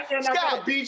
Scott